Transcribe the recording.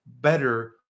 better